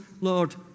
Lord